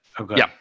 Okay